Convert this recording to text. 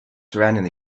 surrounding